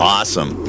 Awesome